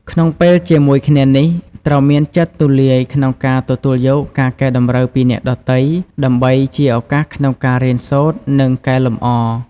ក្នុងពេលជាមួយគ្នានេះ ត្រូវមានចិត្តទូលាយក្នុងការទទួលយកការកែតម្រូវពីអ្នកដទៃ ដើម្បីជាឱកាសក្នុងការរៀនសូត្រ និងកែលម្អ។